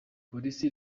polisi